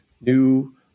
new